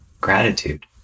gratitude